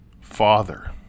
father